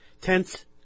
tents